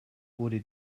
wurde